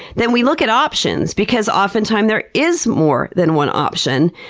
then we look at options. because oftentimes there is more than one option,